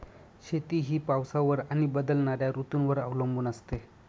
शेती ही पावसावर आणि बदलणाऱ्या ऋतूंवर अवलंबून असते